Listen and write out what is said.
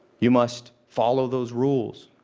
you must follow those rules.